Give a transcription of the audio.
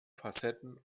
facetten